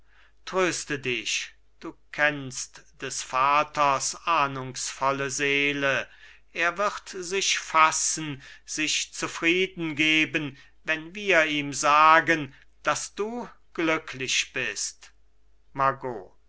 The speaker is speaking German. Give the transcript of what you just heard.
tröste dich du kennst des vaters ahndungsvolle seele er wird sich fassen sich zufrieden geben wenn wir ihm sagen daß du glücklich bist margot